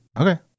Okay